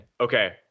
Okay